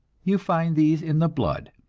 you find these in the blood,